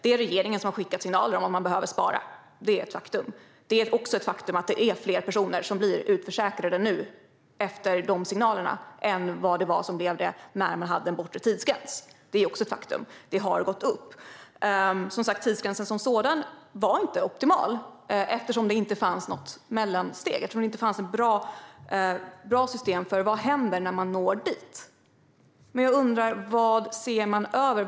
Det är regeringen som har skickat signaler om att man behöver spara, det är ett faktum. Det är också ett faktum att det är fler personer som blir utförsäkrade nu än vad det var när det fanns en bortre tidsgräns. Antalet har ökat. Tidsgränsen som sådan var inte optimal eftersom det inte fanns något mellansteg. Det fanns inget bra system för vad som hände när någon hade nått tidsgränsen. Jag undrar vad man ser över.